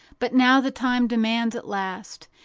but now the time demands, at last,